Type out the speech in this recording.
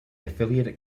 affiliated